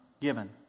given